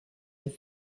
with